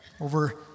over